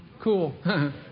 cool